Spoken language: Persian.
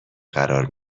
قرار